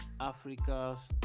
Africa's